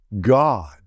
God